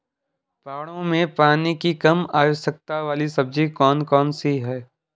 पहाड़ों में पानी की कम आवश्यकता वाली सब्जी कौन कौन सी हैं?